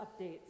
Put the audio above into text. updates